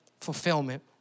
fulfillment